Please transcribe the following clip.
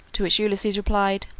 to which ulysses replied,